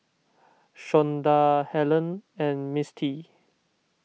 Shonda Hellen and Mistie